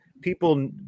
people